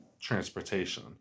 transportation